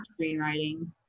screenwriting